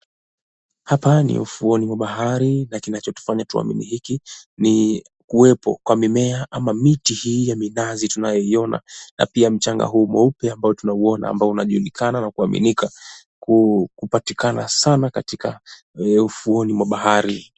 Hapa ni ufuo mwa bahari na kinachotufanya tuamini hiki ni kuwepo kwa mimea ama miti hii ya minazi tunaiona na pia mchanga huu mweupe tunauona ambao unajulikana na kuaminika kupatikana sana katika ufuoni mwa bahari.